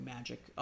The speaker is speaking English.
Magic